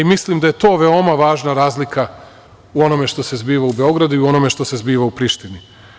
Mislim da je to veoma važna razlika u onome što se zbiva u Beogradu i u onome što se zbiva u Prištini.